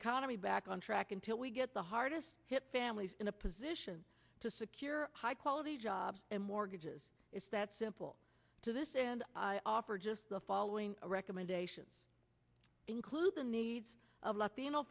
economy back on track until we get the hardest hit families in a position to secure high quality jobs and mortgages it's that simple to this and i offer just the following recommendations include the needs of latino